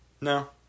No